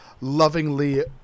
lovingly